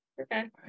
Okay